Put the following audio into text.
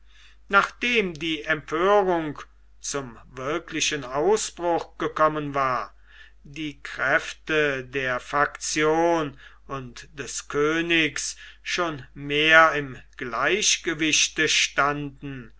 nachdem die empörung zum wirklichen ausbruch gekommen war die kräfte der faktion und des königs schon mehr im gleichgewichte standen